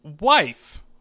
wife